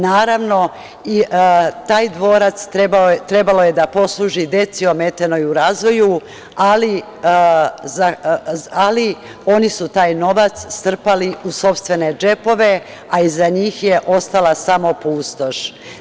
Naravno, taj dvorac trebalo je da posluži deci ometenoj u razvoju, ali oni su taj novac strpali u sopstvene džepove, a iza njih je ostala samo pustoš.